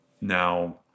Now